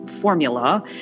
formula